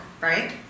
right